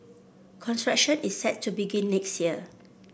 construction is set to begin next year